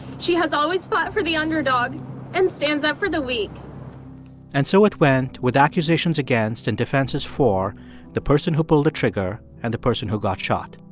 she has always fought for the underdog and stands up for the weak and so it went with accusations against and defenses for the person who pulled the trigger and the person who got shot.